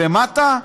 למטה,